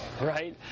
right